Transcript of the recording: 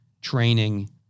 training